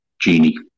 genie